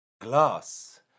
glass